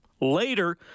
later